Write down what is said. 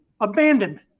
abandonment